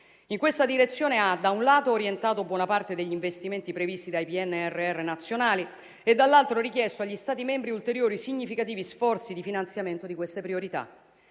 In questa direzione ha, da un lato, orientato buona parte degli investimenti previsti dai PNRR nazionali e, dall'altro, richiesto agli Stati membri ulteriori significativi sforzi di finanziamento di queste priorità.